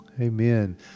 Amen